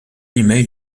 email